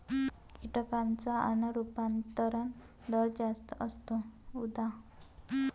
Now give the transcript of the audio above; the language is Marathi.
कीटकांचा अन्न रूपांतरण दर जास्त असतो, उदा